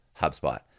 HubSpot